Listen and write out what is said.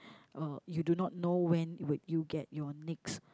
uh you do not know when would you get your next